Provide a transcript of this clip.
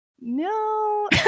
No